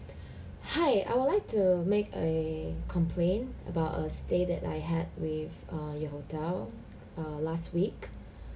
hi I would like to make a complaint about a stay that I had with err your hotel err last week